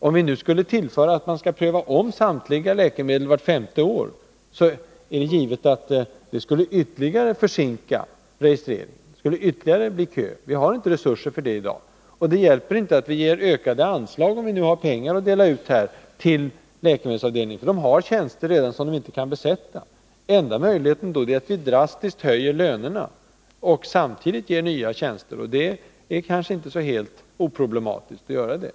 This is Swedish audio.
Om vi skulle kräva att man skall ompröva samtliga läkemedel vart femte år, skulle det givetvis ytterligare försinka registreringen, ytterligare förlänga kön. Vi har inte resurser för detta i dag. Och det skulle inte — om vi hade pengar att dela ut — hjälpa med ökade anslag tillläkemedelsavdelningen, då det redan finns tjänster som inte kan besättas. Den enda möjligheten är då att vi drastiskt höjer lönerna och samtidigt inrättar nya tjänster, men det kanske inte är helt oproblematiskt att göra det.